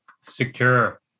Secure